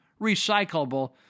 recyclable